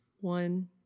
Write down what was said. One